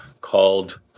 called